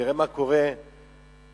תראה מה קורה באירופה,